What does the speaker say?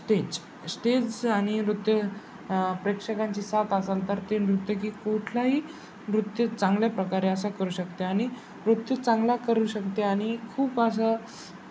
stage stage आणि नृत्य प्रेक्षकांची साथ असंल तर ते नर्तकी कुठलाही नृत्य चांगल्या प्रकारे असे करू शकते आणि नृत्य चांगला करू शकते आणि खूप असं